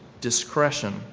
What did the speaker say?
discretion